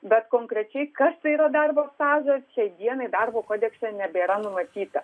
bet konkrečiai kas tai yra darbo stažas šiai dienai darbo kodekse nebėra numatyta